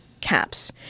caps